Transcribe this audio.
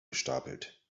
gestapelt